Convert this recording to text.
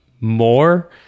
more